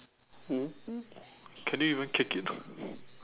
oo oo can they even kick it